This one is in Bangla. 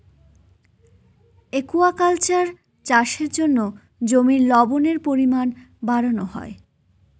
একুয়াকালচার চাষের জন্য জমির লবণের পরিমান বাড়ানো হয়